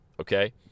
Okay